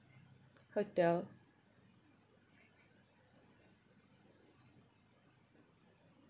hotel